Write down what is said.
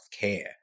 care